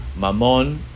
mamon